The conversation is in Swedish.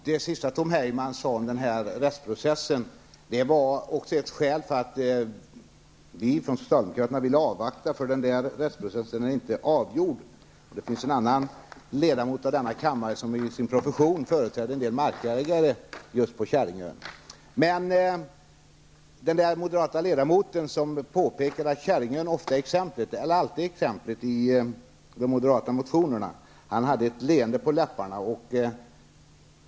Herr talman! Den rättsprocess som Tom Heyman nu nämnde var ett av skälen till att vi socialdemokrater ville avvakta med ett beslut i detta ärende. Denna process är ännu inte avgjord. En annan ledamot av denna kammare företräder i sin profession en del markägare just på Kärringön. Kärringön tas som exempel i de moderata motionerna hade ett leende på läpparna.